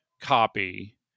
copy